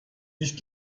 nicht